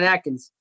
Atkins